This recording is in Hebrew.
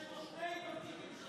יש לו שני תפקידים של סגן שר.